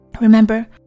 Remember